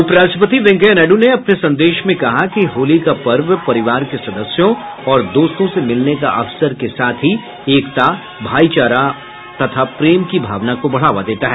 उपराष्ट्रपति वेंकैया नायडू ने अपने संदेश में कहा कि होली का पर्व परिवार के सदस्यों और दोस्तों से मिलने का अवसर के साथ एकता भाईचारा तथा प्रेम की भावना को बढ़ावा देता है